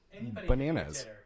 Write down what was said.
bananas